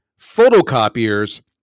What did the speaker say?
photocopiers